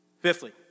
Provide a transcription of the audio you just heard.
Fifthly